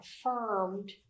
affirmed